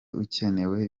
ukenewe